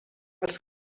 els